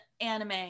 anime